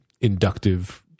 inductive